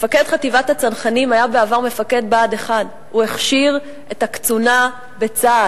מפקד חטיבת הצנחנים היה בעבר מפקד בה"ד 1. הוא הכשיר את הקצונה בצה"ל.